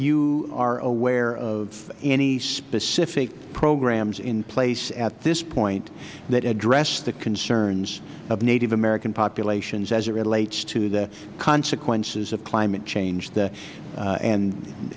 you are aware of any specific programs in place at this point that address the concerns of native american populations as it relates to the consequences of climate change